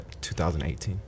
2018